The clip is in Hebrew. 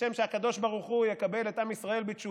שכשם שהקדוש ברוך הוא יקבל את עם ישראל בתשובה,